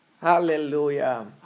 Hallelujah